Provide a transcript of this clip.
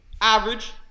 Average